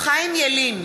חיים ילין,